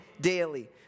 daily